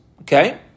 okay